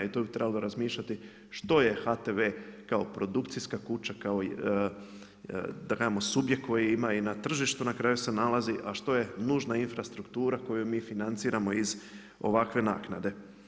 I to bi trebalo razmišljati što je HTV kao produkcijska kuća, kao da kažemo subjekt koji ima i na tržištu na kraju se nalazi, a što je nužna infrastruktura koju mi financiramo iz ovakve naknade.